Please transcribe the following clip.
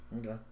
Okay